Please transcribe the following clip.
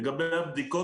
לגבי הבדיקות,